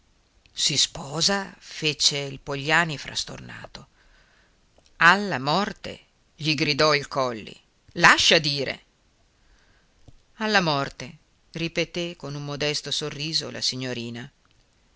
si sposa fece il pogliani frastornato alla morte gli gridò il coli lascia dire alla morte ripeté con un modesto sorriso la signorina